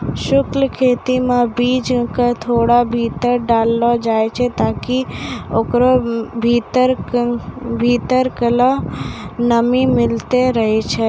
शुष्क खेती मे बीज क थोड़ा भीतर डाललो जाय छै ताकि ओकरा भीतरलका नमी मिलतै रहे